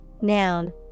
noun